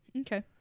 Okay